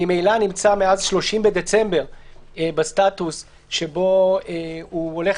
ממילא נמצא מאז 30 בדצמבר בסטטוס שבו הוא הולך